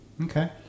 Okay